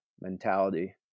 mentality